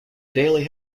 daily